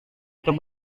itu